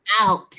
out